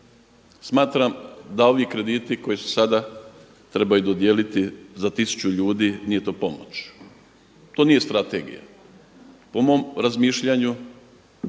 Smatram da ovi krediti koji su sada, trebaju se dodijeliti za tisuću ljudi, nije to pomoć. To nije strategija. Po mom razmišljanju